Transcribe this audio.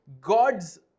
God's